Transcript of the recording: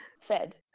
fed